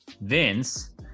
vince